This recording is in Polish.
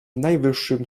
najwyższym